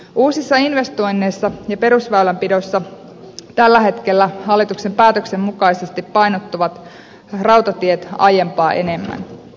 uusissa investoinneissa ja perusväylänpidossa tällä hetkellä hallituksen päätöksen mukaisesti painottuvat rautatiet aiempaa enemmän